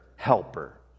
helper